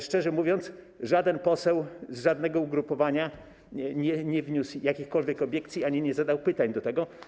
Szczerze mówiąc, żaden poseł z żadnego ugrupowania nie wniósł jakichkolwiek obiekcji ani nie zadał pytań co do tego.